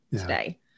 today